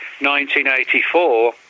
1984